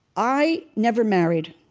i never married.